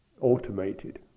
automated